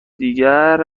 دیگر